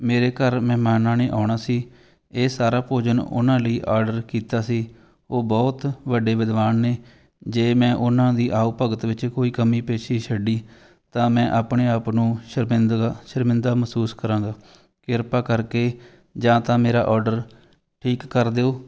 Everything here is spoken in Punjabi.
ਮੇਰੇ ਘਰ ਮਹਿਮਾਨਾਂ ਨੇ ਆਉਣਾ ਸੀ ਇਹ ਸਾਰਾ ਭੋਜਨ ਉਹਨਾਂ ਲਈ ਆਡਰ ਕੀਤਾ ਸੀ ਉਹ ਬਹੁਤ ਵੱਡੇ ਵਿਦਵਾਨ ਨੇ ਜੇ ਮੈਂ ਉਹਨਾਂ ਦੀ ਆਉ ਭਗਤ ਵਿੱਚ ਕੋਈ ਕਮੀ ਪੇਸ਼ੀ ਛੱਡੀ ਤਾਂ ਮੈਂ ਆਪਣੇ ਆਪ ਨੂੰ ਸ਼ਰਮਿੰਦਾ ਸ਼ਰਮਿੰਦਾ ਮਹਿਸੂਸ ਕਰਾਂਗਾ ਕਿਰਪਾ ਕਰਕੇ ਜਾਂ ਤਾਂ ਮੇਰਾ ਔਡਰ ਠੀਕ ਕਰ ਦਿਉ